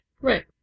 Right